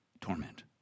torment